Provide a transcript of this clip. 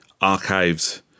archives